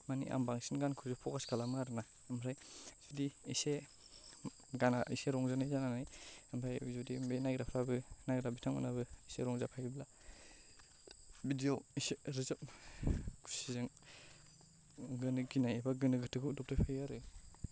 माने आं बांसिन गानखौसो फकास खालामो आरोना ओमफ्राय जुदि एसे गाना एसे रंजानाय जानानै ओमफ्राय बेबायदि बे नायग्राफ्राबो नायग्रा बिथांमोनहाबो एसे रंजाफायोब्ला भिडिय' एसे रोजाब खुसिजों गिनाय एबा गोनो गोथोखौ दबथायफायो आरो